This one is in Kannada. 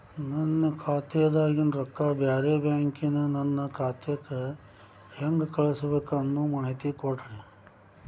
ನನ್ನ ಖಾತಾದಾಗಿನ ರೊಕ್ಕ ಬ್ಯಾರೆ ಬ್ಯಾಂಕಿನ ನನ್ನ ಖಾತೆಕ್ಕ ಹೆಂಗ್ ಕಳಸಬೇಕು ಅನ್ನೋ ಮಾಹಿತಿ ಕೊಡ್ರಿ?